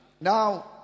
Now